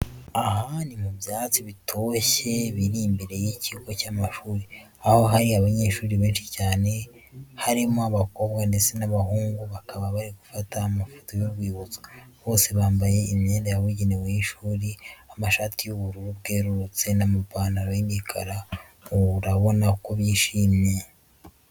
Aha ni mu byatsi bitoshya biri imbere y'ikigo cy'amashuri, aho hari abanyeshuri benshi cyane harimo abakobwa ndetse n'abahungu, bakaba bari gufata amafoto y'urwibutso. Bose bambaye imyenda yabugenewe y'ishuri, amashati y'ubururu bwerurutse n'amapantaro y'imikara. Urabona ko bishimye.